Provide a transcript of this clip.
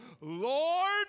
Lord